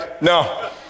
no